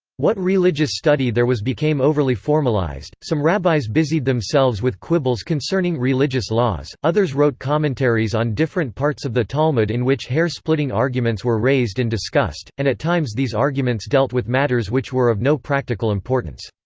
what religious study there was became overly formalized, some rabbis busied themselves with quibbles concerning religious laws others wrote commentaries on different parts of the talmud in which hair-splitting arguments were raised and discussed and at times these arguments dealt with matters which were of no practical importance.